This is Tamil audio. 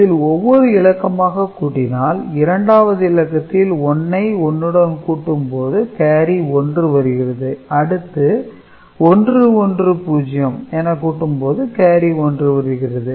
இதில் ஒவ்வொரு இலக்கமாக கூட்டினால் இரண்டாவது இலக்கத்தில் 1 ஐ 1 உடன் கூட்டும்போது காரி 1 வருகிறது அடுத்து 1 1 0 என கூட்டு போது கேரி 1 வருகிறது